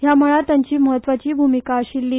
ह्या मळार तांची म्हत्वाची भुमिका आशिल्ली